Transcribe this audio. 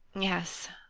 yes,